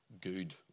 good